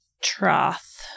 trough